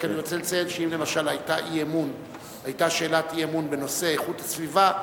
רק אני רוצה לציין שאם למשל היתה שאלת אי-אמון בנושא איכות הסביבה,